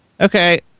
Okay